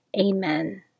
Amen